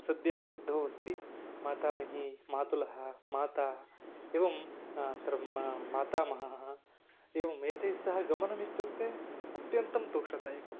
सद्यः बुद्धौ अस्ति मातामही मातुलः माता एवम् अनन्तरं मातामहः एवम् एतैः सह गमनमित्युक्ते अत्यन्तं तोषदायकं